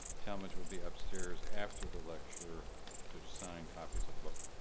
talmage will be upstairs after the lecture to sign copies of the book.